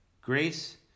Grace